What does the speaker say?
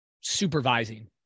supervising